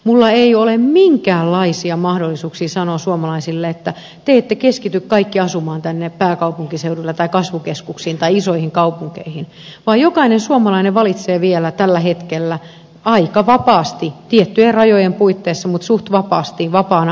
minulla ei ole minkäänlaisia mahdollisuuksia sanoa suomalaisille että te ette keskity kaikki asumaan tänne pääkaupunkiseudulle tai kasvukeskuksiin tai isoihin kaupunkeihin vaan jokainen suomalainen valitsee vielä tällä hetkellä aika vapaasti tiettyjen rajojen puitteissa mutta suht vapaasti vapaana oikeutena missä asuu